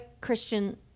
Christian